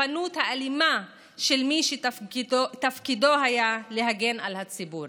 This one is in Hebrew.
מהתוקפנות האלימה של מי שתפקידו היה להגן על הציבור.